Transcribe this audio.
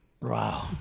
Wow